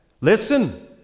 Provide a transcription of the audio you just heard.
Listen